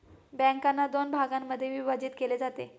बँकांना दोन भागांमध्ये विभाजित केले जाते